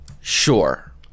sure